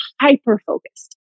hyper-focused